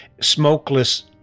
smokeless